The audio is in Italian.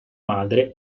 madre